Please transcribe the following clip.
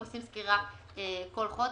הם עושים סקירה בכל חודש,